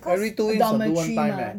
every two weeks must do one time leh